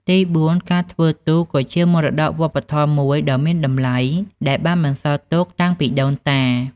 ទីបួន ការធ្វើទូកក៏ជា មរតកវប្បធម៌ មួយដ៏មានតម្លៃដែលបានបន្សល់ទុកតាំងពីដូនតា។